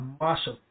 massive